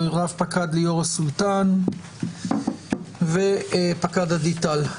רב פקד ליאורה סולטן ופקד עדי טל.